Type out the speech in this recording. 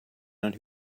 out